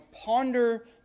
Ponder